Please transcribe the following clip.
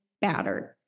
battered